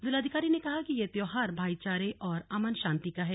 जिलाधिकारी ने कहा कि यह त्योहार भाईचारे और अमन शांति का है